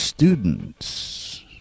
Students